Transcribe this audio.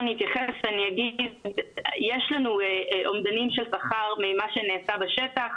אני אתייחס ואגיד שיש לנו אומדנים של שכר ממה שנעשה בשטח,